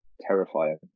terrifying